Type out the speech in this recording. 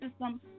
system